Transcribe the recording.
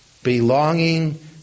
belonging